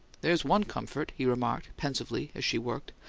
there's one comfort, he remarked, pensively, as she worked.